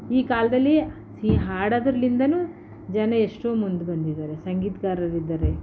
ಈ ಕಾಲದಲ್ಲಿ ಸಿ ಹಾಡೋದ್ರಲ್ಲಿಂದನೂ ಜನ ಎಷ್ಟು ಮುಂದೆ ಬಂದಿದ್ದಾರೆ ಸಂಗೀತಗಾರರಿದ್ದಾರೆ